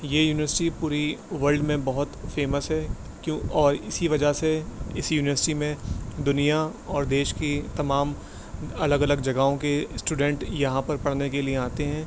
یہ یونیورسٹی پوری ورلڈ میں بہت فیمس ہے کیوں اور اسی وجہ سے اس یونیورسٹی میں دنیا اور دیش کی تمام الگ الگ جگہوں کے اسٹوڈینٹ یہاں پر پڑھنے کے لیے آتے ہیں